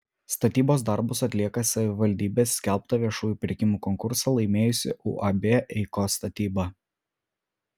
statybos darbus atlieka savivaldybės skelbtą viešųjų pirkimų konkursą laimėjusi uab eikos statyba